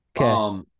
Okay